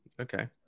Okay